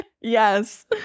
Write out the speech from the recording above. Yes